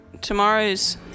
tomorrow's